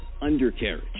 Undercarriage